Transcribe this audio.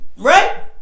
Right